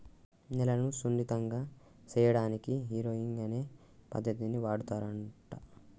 నేలను సున్నితంగా సేయడానికి హారొయింగ్ అనే పద్దతిని వాడుతారంట